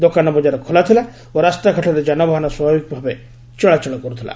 ଦୋକାନ ବଜାର ଖୋଲା ଥିଲା ଓ ରାସ୍ତାଘାଟରେ ଯାନବାହନ ସ୍ୱାଭାବିକ ଭାବେ ଚଳାଚଳ କରୁଥିଲା